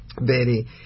Betty